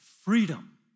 freedom